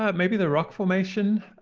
um maybe the rock formation?